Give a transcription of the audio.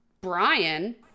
Brian